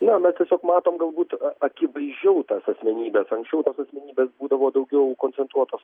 jo mes tiesiog matom galbūt akivaizdžiau tas asmenybes anksčiau tos asmenybės būdavo daugiau koncentruotos